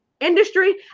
industry